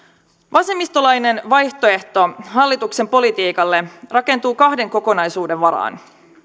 vasemmistolainen vaihtoehto hallituksen politiikalle rakentuu kahden kokonaisuuden varaan